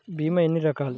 భీమ ఎన్ని రకాలు?